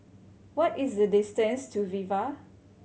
what is the distance to Viva